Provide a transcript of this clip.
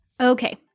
Okay